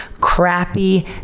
crappy